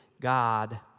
God